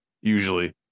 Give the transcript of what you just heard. usually